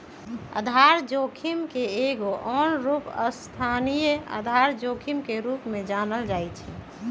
आधार जोखिम के एगो आन रूप स्थानीय आधार जोखिम के रूप में जानल जाइ छै